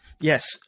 Yes